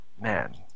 Man